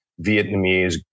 Vietnamese